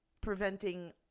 preventing